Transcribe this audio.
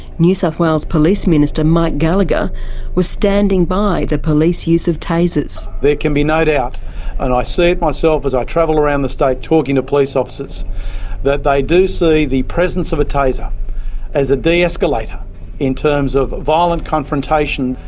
new south wales police minister mike gallacher was standing by the police use of tasers. there can be no doubt and i see it myself as i travel around the state talking to police officers that they do see the presence of a taser as a de-escalator in terms of violent confrontation,